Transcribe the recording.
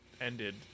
ended